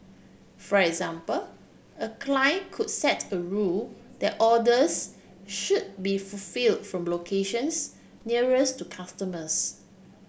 for example a client could set a rule that orders should be fulfilled from locations nearest to customers